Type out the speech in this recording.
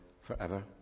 forever